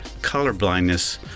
colorblindness